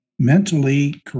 Mentally